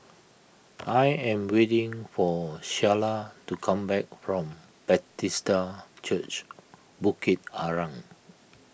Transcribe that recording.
I am waiting for Shayla to come back from Bethesda Church Bukit Arang